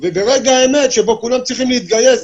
וברגע האמת שבו כולם צריכים להתגייס,